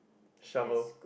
shovel